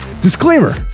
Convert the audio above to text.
Disclaimer